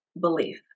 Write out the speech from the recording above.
belief